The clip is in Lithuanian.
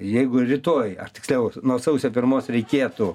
jeigu rytoj ar tiksliau nuo sausio pirmos reikėtų